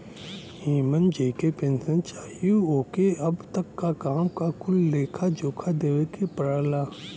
एमन जेके पेन्सन चाही ओके अब तक क काम क कुल लेखा जोखा देवे के पड़ला